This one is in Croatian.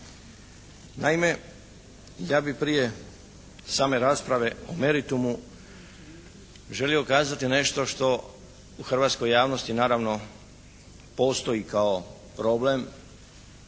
Naime, ja bi prije same rasprave o meritumu želio kazati nešto što u hrvatskoj javnosti naravno postoji kao problem.